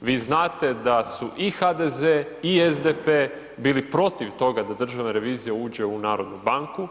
vi znate su i HDZ i SDP bili protiv toga da Državna revizija uđe u Narodnu banku.